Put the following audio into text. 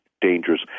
dangerous